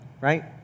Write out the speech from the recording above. right